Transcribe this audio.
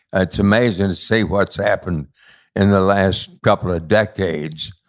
it's amazing to see what's happened in the last couple of decades,